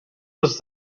was